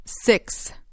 Six